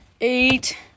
Eight